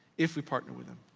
if we partner with him.